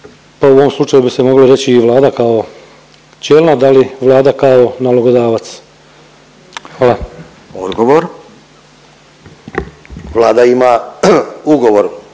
pa u ovom slučaju bi se moglo reći i Vlada kao čelna, da li Vlada kao nalogodavac? Hvala. **Radin, Furio